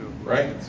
Right